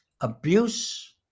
Abuse